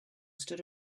stood